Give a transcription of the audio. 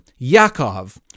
Yaakov